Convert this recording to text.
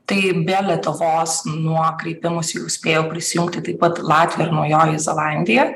tai be lietuvos nuo kreipimosi jau spėjo prisijungti taip pat latvija ir naujoji zelandija